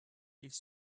ils